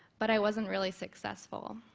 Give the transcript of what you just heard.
but i wasn't really successful.